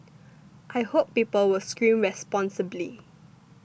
I hope people will scream responsibly